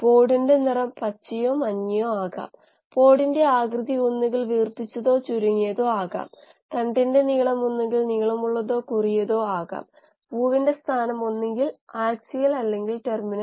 ഒരു ബയോറിയാക്റ്റർ പോലുള്ളവയിൽ ദ്രാവക പരിതസ്ഥിതിയിൽ ആപേക്ഷിക വേഗത അല്ലെങ്കിൽ വേഗത ഗ്രേഡിയന്റുകൾ ധാരാളമായി നിലനിൽക്കുന്നു